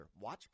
Watch